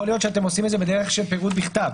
יכול להיות שאתם עושים את זה בדרך של פירוט בכתב,